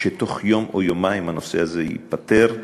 שתוך יום או יומיים הנושא הזה ייפתר.